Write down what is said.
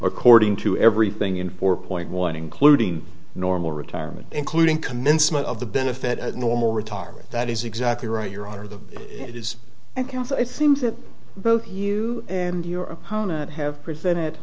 according to everything in four point one including normal retirement including commencement of the benefit of normal retirement that is exactly right your honor that it is ok so it seems that both you and your opponent have presented